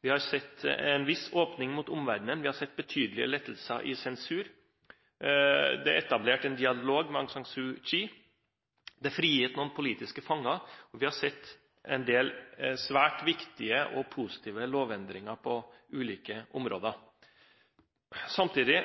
vi har sett en viss åpenhet mot omverdenen, vi har sett betydelige lettelser i sensuren, det er etablert en dialog med Aung San Suu Kyi, det er frigitt noen politiske fanger, og vi har sett en del svært viktige og positive lovendringer på ulike områder. Samtidig